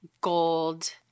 gold